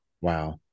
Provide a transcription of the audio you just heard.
Wow